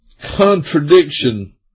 contradiction